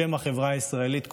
בשם החברה הישראלית כולה,